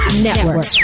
Network